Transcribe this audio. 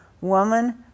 Woman